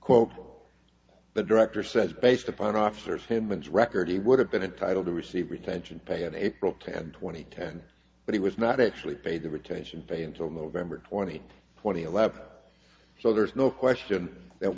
quote the director says based upon officers him and record he would have been entitled to receive retention pay at april ten twenty ten but he was not actually paid the retention pay until november twenty twenty a lap so there is no question that